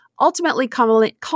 ultimately